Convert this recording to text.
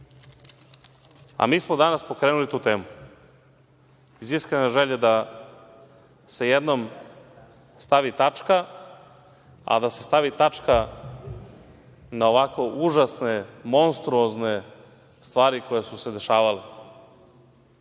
smo danas pokrenuli tu temu iz iskrene želje da se jednom stavi tačka, a da se stavi tačka na ovako užasne monstruozne stvari koje su se dešavale.